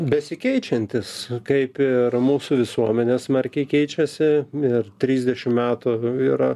besikeičiantis kaip ir mūsų visuomenė smarkiai keičiasi ir trisdešim metų yra